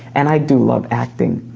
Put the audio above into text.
and i do love acting.